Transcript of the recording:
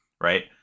right